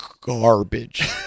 garbage